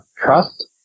trust